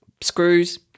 screws